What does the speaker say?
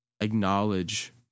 Acknowledge